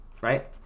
right